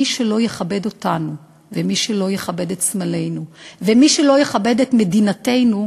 מי שלא יכבד אותנו ומי שלא יכבד את סמלינו ומי שלא יכבד את מדינתנו,